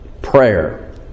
Prayer